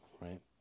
right